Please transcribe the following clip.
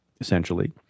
essentially